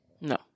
No